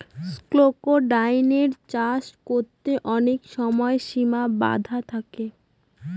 ক্রোকোডাইলের চাষ করতে অনেক সময় সিমা বাধা থাকে